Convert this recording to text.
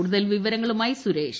കൂടുതൽ വിവരങ്ങളുമായി സുരേഷ്